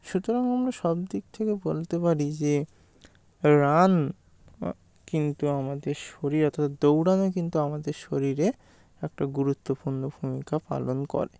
সুতরাং আমরা সব দিক থেকে বলতে পারি যে রান কিন্তু আমাদের শরীর অর্থাৎ দৌড়ানো কিন্তু আমাদের শরীরে একটা গুরুত্বপূর্ণ ভূমিকা পালন করে